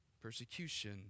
persecution